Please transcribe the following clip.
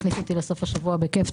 הכניס אותי לסוף השבוע בכיף.